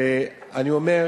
ואני אומר: